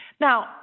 Now